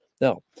now